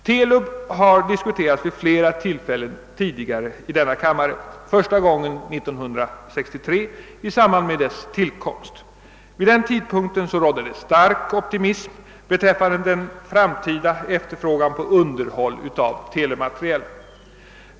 TELUB har diskuterats vid flera tillfällen i denna kammare, första gången 1963 i samband med beslutet om dess tillkomst. Vid den tidpunkten rådde det stark optimism beträffande den framtida efterfrågan på underhåll av telemateriel.